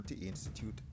Institute